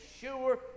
sure